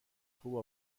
خوب